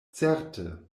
certe